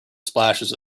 splashes